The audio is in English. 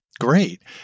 Great